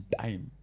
time